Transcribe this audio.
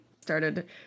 started